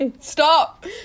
stop